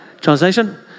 Translation